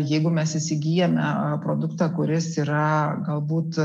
jeigu mes įsigyjame produktą kuris yra galbūt